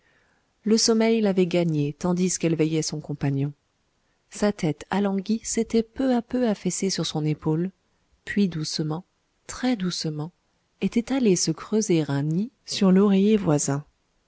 le sommeil l'avait gagnée tandis qu'elle veillait son compagnon sa tête alanguie s'était peu à peu affaissée sur son épaule puis doucement très-doucement était allée se creuser un nid sur l'oreiller voisin